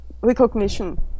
recognition